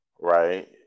right